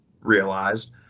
realized